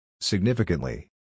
Significantly